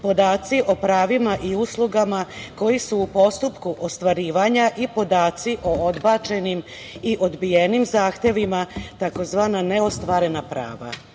podaci o pravima i uslugama koji su u postupku ostvarivanja i podaci o odbačenim i odbijenim zahtevima tzv. neostvarena